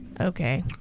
Okay